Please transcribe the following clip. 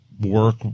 work